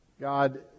God